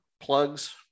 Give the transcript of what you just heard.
plugs